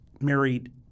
married